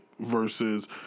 Versus